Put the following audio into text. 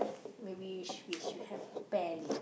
maybe we sh~ we should have pear later